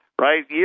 right